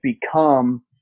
become